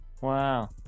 Wow